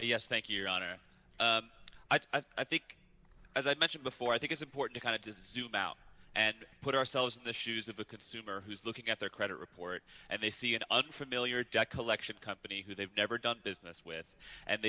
yes thank you your honor i think as i mentioned before i think it's important to kind of just zoom out and put ourselves in the shoes of a consumer who's looking at their credit report and they see an unfamiliar debt collection company who they've never done business with and